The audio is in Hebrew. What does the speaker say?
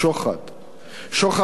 שוחד הוא עניין דו-סטרי.